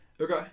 Okay